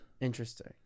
Interesting